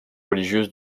religieuse